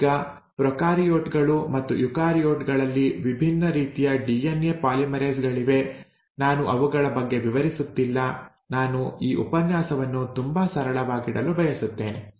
ಈಗ ಪ್ರೊಕಾರಿಯೋಟ್ ಗಳು ಮತ್ತು ಯುಕಾರಿಯೋಟ್ ಗಳಲ್ಲಿ ವಿಭಿನ್ನ ರೀತಿಯ ಡಿಎನ್ಎ ಪಾಲಿಮರೇಸ್ ಗಳಿವೆ ನಾನು ಅವುಗಳ ಬಗ್ಗೆ ವಿವರಿಸುತ್ತಿಲ್ಲ ನಾನು ಈ ಉಪನ್ಯಾಸವನ್ನು ತುಂಬಾ ಸರಳವಾಗಿಡಲು ಬಯಸುತ್ತೇನೆ